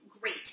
great